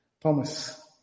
Thomas